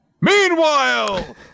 Meanwhile